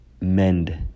mend